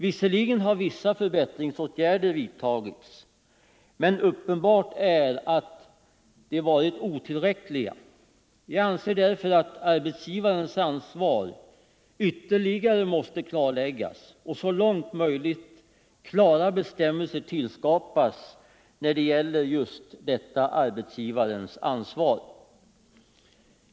Visserligen har vissa förbättringsåtgärder vidtagits, men det är uppenbart att de varit otillräckliga. Jag anser därför att arbetsgivarens ansvar ytterligare måste klarläggas och att det så långt möjligt bör tillskapas klara bestämmelser härför.